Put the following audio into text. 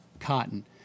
cotton